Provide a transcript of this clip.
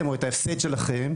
משפט סיכום.